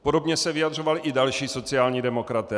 Podobně se vyjadřovali i další sociální demokraté.